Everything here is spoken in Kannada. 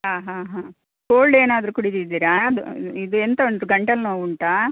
ಹಾಂ ಹಾಂ ಹಾಂ ಕೋಲ್ಡ್ ಏನಾದರು ಕುಡಿದಿದ್ದೀರಾ ಅದು ಇದು ಎಂಥ ಉಂಟು ಗಂಟಲು ನೋವು ಉಂಟಾ